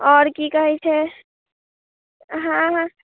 आओर कि कहैत छै हँ हँ